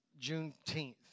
Juneteenth